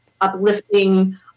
uplifting